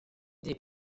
des